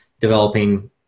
developing